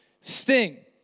sting